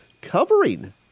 covering